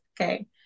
okay